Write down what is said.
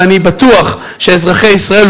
ואני בטוח שאזרחי ישראל,